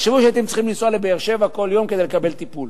ואמרתי: תחשבו שהייתם צריכים לנסוע לבאר-שבע כל יום כדי לקבל טיפול.